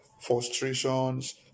frustrations